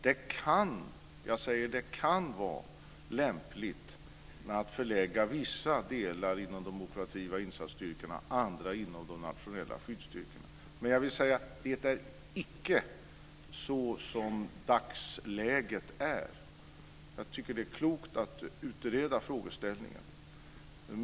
Det kan - jag säger kan - vara lämpligt att förlägga vissa delar inom de operativa insatsstyrkorna och andra inom de nationella skyddsstyrkorna. Men jag säger att det är icke så som dagsläget är. Jag tycker att det är klokt att utreda frågeställningen.